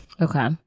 okay